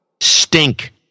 Stink